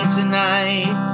tonight